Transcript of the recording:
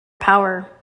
power